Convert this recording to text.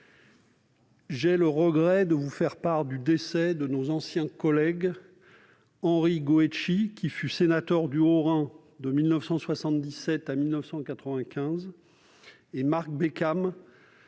j'ai le regret de vous faire part du décès de nos anciens collègues Henri Goetschy, qui fut sénateur du Haut-Rhin de 1977 à 1995, et Marc Bécam,